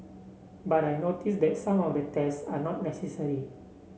but I notice that some of the tests are not necessary